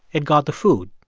it got the food.